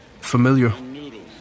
familiar